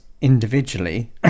individually